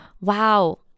wow